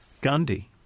Gandhi